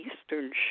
Eastern